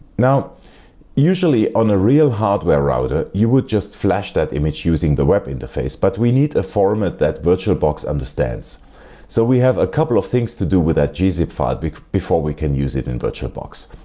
now usually on a real hardware router you would just flash that image using the web interface, but we need a format that virtualbox understands so we have a couple of things to do with that gzip file before we can use it in virtualbox.